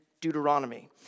Deuteronomy